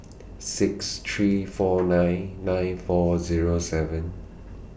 six three four nine nine four Zero seven